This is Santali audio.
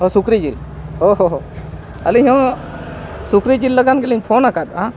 ᱚᱻ ᱥᱩᱠᱨᱤᱡᱤᱞ ᱚᱻ ᱦᱚᱸ ᱦᱚᱸ ᱟᱹᱞᱤᱧ ᱦᱚᱸ ᱥᱩᱠᱨᱤ ᱡᱤᱞ ᱞᱟᱜᱟᱱ ᱜᱮᱞᱤᱧ ᱯᱷᱳᱱ ᱠᱟᱫᱼᱟ